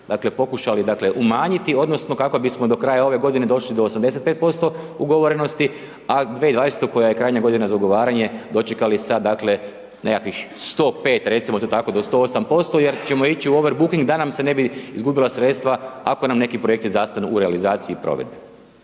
pokušali umanjiti odnosno kako bismo do kraja ove godine došli do 85% ugovorenosti, a 2020. koja je krajnja godina za ugovaranja, dočekali sa nekakvih 105%, recimo to tako, do 108% jer ćemo ići u overbooking, da nam se ne bi izgubila sredstva, ako nam neki projekti zastanu u realizacije provedbe.